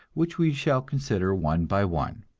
which we shall consider one by one.